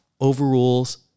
overrules